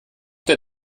der